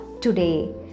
today